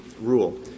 rule